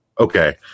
Okay